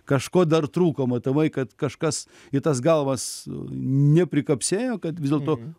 kažko dar trūko matomai kad kažkas į tas galvas neprikapsėjo kad vis dėlto